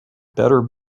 better